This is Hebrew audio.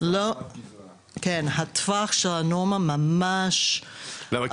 הטווח של הנורמה ממש --- למה,